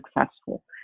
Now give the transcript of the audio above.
successful